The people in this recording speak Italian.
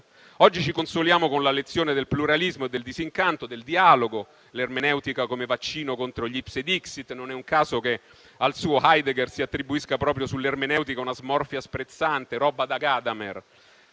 Oggi ci consoliamo con la lezione del pluralismo e del disincanto, del dialogo, l'ermeneutica come vaccino contro gli *ipse dixit;* non è un caso che al suo Heidegger si attribuisca proprio sull'ermeneutica una smorfia sprezzante (roba da Gadamer)